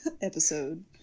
episode